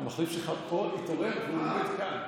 המחליף שלך פה, התעורר, והוא עומד כאן.